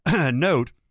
note